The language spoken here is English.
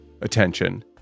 attention